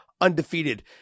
undefeated